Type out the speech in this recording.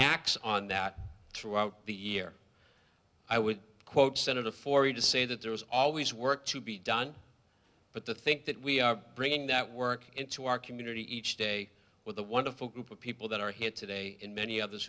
acts on that throughout the year i would quote senator for you to say that there is always work to be done but the think that we are bringing that work into our community each day with a wonderful group of people that are hit today and many o